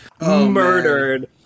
murdered